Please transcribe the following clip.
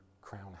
crown